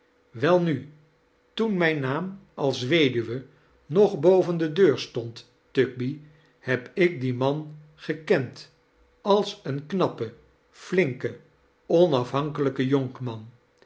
welnu toen mijn naam als weduwe nog boven de deur stond tugby heb ik diem man gekend als een knappe flinke onafhankelijlke jonkman